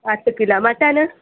ಹತ್ತು kilo mutton